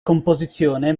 composizione